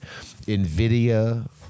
NVIDIA